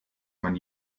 man